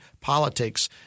politics